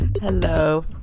hello